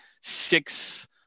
six